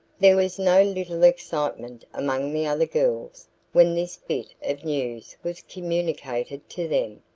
there was no little excitement among the other girls when this bit of news was communicated to them.